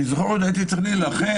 אני זוכר שהייתי צריך להילחם,